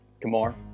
Kamar